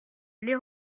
les